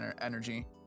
energy